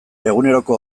eguneroko